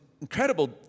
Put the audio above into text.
incredible